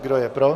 Kdo je pro?